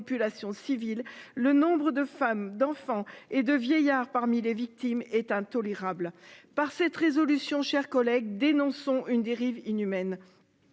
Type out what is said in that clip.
civiles. Le nombre de femmes, d'enfants et de vieillards. Parmi les victimes est intolérable. Par cette résolution, chers collègues dénonçons une dérive inhumaine.